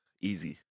Easy